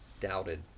doubted